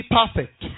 perfect